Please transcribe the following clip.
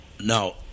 now